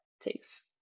takes